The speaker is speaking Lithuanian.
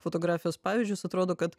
fotografijos pavyzdžius atrodo kad